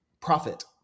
profit